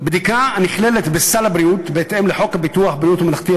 בדיקה הנכללת בסל הבריאות בהתאם לחוק ביטוח בריאות ממלכתי,